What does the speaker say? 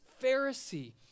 Pharisee